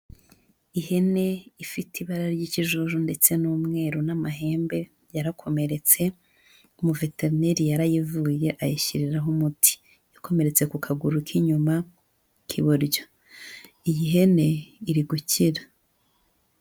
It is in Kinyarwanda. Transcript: Ihene ifite ibara ry'ikijuju ndetse n'umweru n'amahembe, yarakomeretse, umuveterineri yarayivuye, ayishyiriraho umuti. Yakomeretse ku kaguru k'inyuma, k'iburyo. Iyi hene iri gukira.